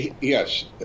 Yes